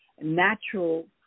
natural